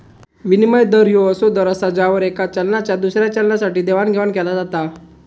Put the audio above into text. विनिमय दर ह्यो असो दर असा ज्यावर येका चलनाचा दुसऱ्या चलनासाठी देवाणघेवाण केला जाता